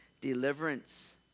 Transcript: deliverance